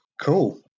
Cool